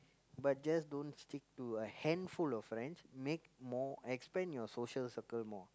but just don't stick to a handful of friends make more expand your social circle more